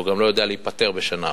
והוא גם לא יודע להיפתר בשנה אחת.